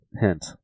Hint